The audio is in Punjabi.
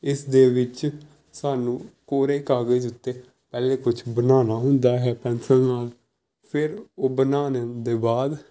ਇਸ ਦੇ ਵਿੱਚ ਸਾਨੂੰ ਕੋਰੇ ਕਾਗਜ਼ ਉੱਤੇ ਪਹਿਲੇ ਕੁਛ ਬਣਾਉਣਾ ਹੁੰਦਾ ਹੈ ਪੈਨਸਲ ਨਾਲ ਫਿਰ ਉਹ ਬਣਾਉਣ ਦੇ ਬਾਅਦ